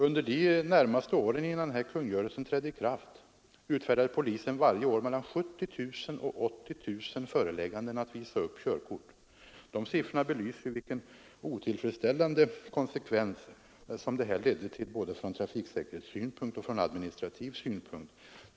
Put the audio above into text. Under åren närmast före den nya kungörelsens ikraftträdande utfärdade polisen varje år 70 000—80 000 förelägganden att visa upp körkort. De siffrorna belyser vilka otillfredsställande konsekvenser denna bestämmelse ledde till från både trafiksäkerhetssynpunkt och administrativ synpunkt.